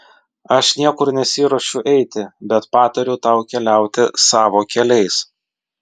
aš niekur nesiruošiu eiti bet patariu tau keliauti savo keliais